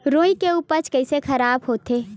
रुई के उपज कइसे खराब होथे?